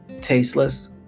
tasteless